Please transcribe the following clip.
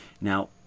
now